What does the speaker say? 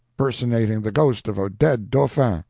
personating the ghost of a dead dauphin,